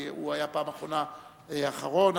כי בפעם האחרונה הוא היה אחרון,